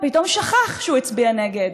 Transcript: ופתאום שכח שהוא הצביע נגד,